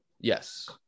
Yes